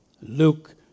Luke